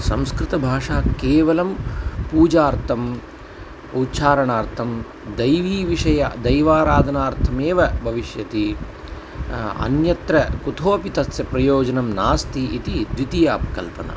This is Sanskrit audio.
संस्कृतभाषा केवलं पूजार्थम् उच्चारणार्थं दैवीविषयः दैवाराधनार्थमेव भविष्यति अन्यत्र कुतोऽपि तस्य प्रयोजनं नास्ति इति द्वितीया अपकल्पना